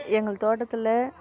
எங்கள் தோட்டத்தில்